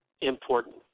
important